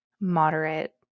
moderate